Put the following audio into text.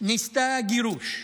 ניסתה גירוש,